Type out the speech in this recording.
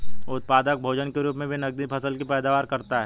उत्पादक भोजन के रूप मे भी नकदी फसल की पैदावार करता है